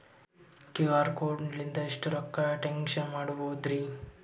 QR code ಲಿಂದ ಎಷ್ಟ ರೊಕ್ಕ ಟ್ರಾನ್ಸ್ಯಾಕ್ಷನ ಮಾಡ್ಬೋದ್ರಿ?